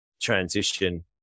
transition